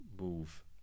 move